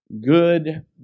good